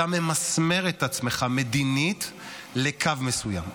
אתה ממסמר את עצמך מדינית לקו מסוים.